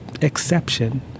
exception